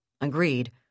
Agreed